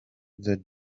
the